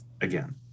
again